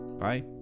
Bye